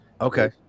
okay